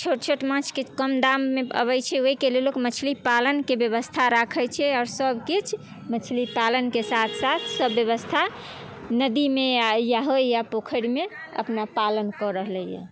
छोट छोट माछ कम दाममे अबै छै ओहिके लेल लोक मछली पालनके बेबस्था राखै छै आओर सबकिछु मछली पालनके साथ साथ सब बेबस्था नदीमे होइ या पोखरिमे अपना पालन कऽ रहलै हइ